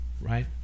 right